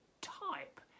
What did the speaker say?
type